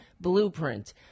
blueprint